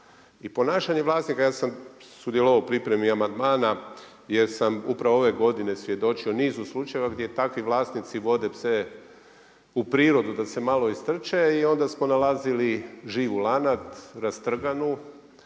I ponašanje vlasnika, ja sam sudjelovao u pripremi amandmana jer sam upravo ove godine svjedočio niz slučajeva gdje takvi vlasnici vode pse u prirodu da se malo istrče i onda smo nalazili živu lanad rastrganu,